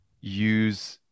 use